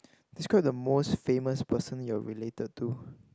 describe the most famous person you are related to